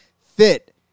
fit